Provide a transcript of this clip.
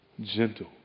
Gentle